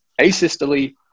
asystole